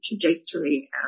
trajectory